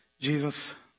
Jesus